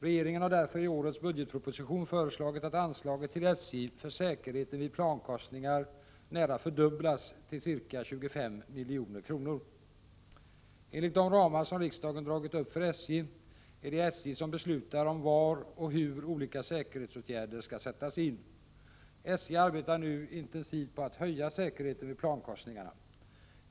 Regeringen har därför i årets budgetproposition föreslagit att anslaget till SJ för säkerheten vid plankorsningar nära fördubblas till ca 25 milj.kr. Enligt de ramar som riksdagen dragit upp för SJ är det SJ som beslutar om var och hur olika säkerhetsåtgärder skall sättas in. SJ arbetar nu intensivt på att höja säkerheten vid plankorsningarna.